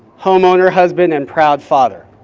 homeowner, husband and proud father.